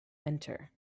enter